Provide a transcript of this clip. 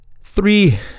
Three